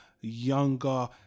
younger